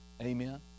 Amen